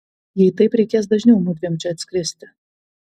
jei taip reikės dažniau mudviem čia atskristi